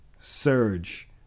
surge